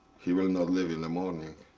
he will not live in the morning.